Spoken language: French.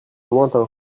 lointain